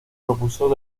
propulsor